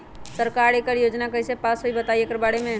सरकार एकड़ योजना कईसे पास होई बताई एकर बारे मे?